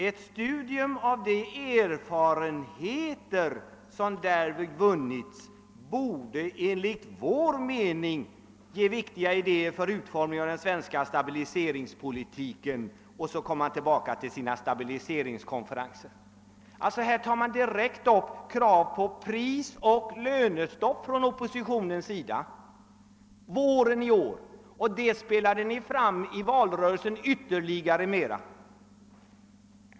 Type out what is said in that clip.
Ett ——— studium av de erfa renheter som därvid vunnits borde enligt vår mening kunna ge viktiga idéer för utformningen av den svenska stabiliseringspolitiken.> Och därefter kommer man tillbaka till talet om stabiliseringskonferensen. Under våren i år tog ni alltså direkt upp krav på prisoch lönestopp och det kravet spelade ni fram ytterligare i valrörelsen.